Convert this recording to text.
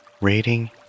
rating